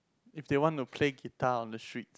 if they want to play guitar on the street